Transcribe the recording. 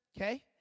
okay